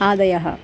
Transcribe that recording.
आदयः